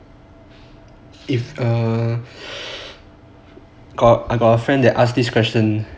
eh err I got a friend that ask this question